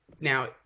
Now